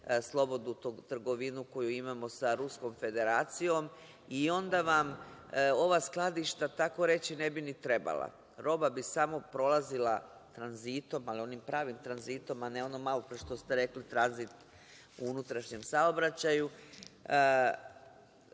slobodnu trgovinu koju imamo sa Ruskom Federacijom i onda vam ova skladišta tako reći ne bi ni trebala. Roba bi samo prolazila tranzitom, ali onim pravim tranzitom, a ne ono malopre što ste rekli tranzit u unutrašnjem saobraćaju. Sve